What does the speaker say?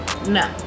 no